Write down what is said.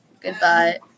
Goodbye